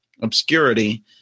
obscurity